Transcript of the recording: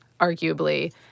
arguably